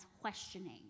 questioning